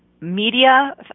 media